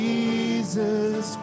Jesus